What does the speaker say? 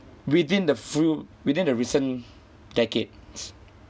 within the fru~ within the recent decades